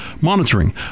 monitoring